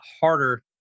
harder